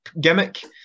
gimmick